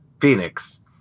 Phoenix